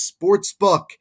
Sportsbook